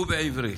ובעברית.